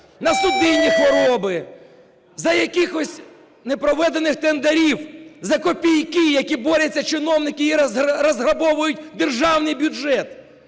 на судинні хвороби, за якихось непроведених тендерів, за копійки, які борються чиновники і розграбовують державний бюджет.